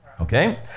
okay